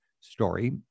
story